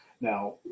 Now